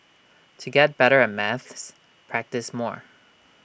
to get better at maths practise more